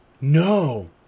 No